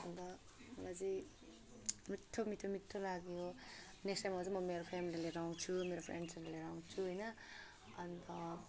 अब अझै मिठो मिठो मिठो लाग्यो नेक्स्ट टाइममा चाहिँ म मेरो फेमिली लिएर आउँछु मेरो फ्रेन्ड्सहरू लिएर आउँछु होइन अन्त